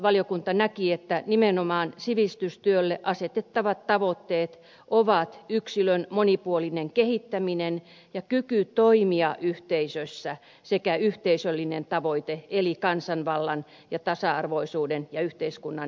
valiokunta näki että nimenomaan sivistystyölle asetettavat tavoitteet ovat yksilön monipuolinen kehittäminen ja kyky toimia yhteisössä sekä yhteisöllinen tavoite eli kansanvallan ja tasa arvoisuuden ja yhteiskunnan eheys